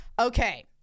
Okay